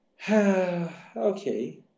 okay